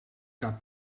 cap